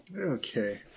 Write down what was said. Okay